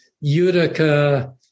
Utica